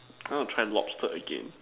I want to try lobster again